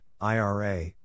IRA